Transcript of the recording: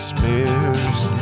Spears